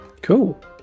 cool